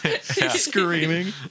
Screaming